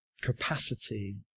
capacity